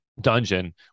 dungeon